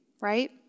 right